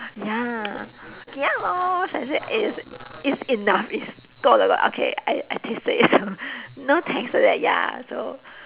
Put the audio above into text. ya ya lor so I say eh it's it's enough it's 够了啦 okay I I tasted it so no thanks to that ya so